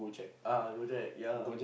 uh Gojek ya lah